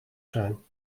zijn